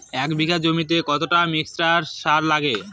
এক বিঘা জমিতে কতটা মিক্সচার সার লাগে?